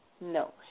No